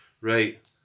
right